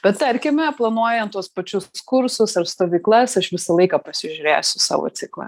bet tarkime planuojant tuos pačius kursus ar stovyklas aš visą laiką pasižiūrėsiu savo ciklą